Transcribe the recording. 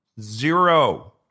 zero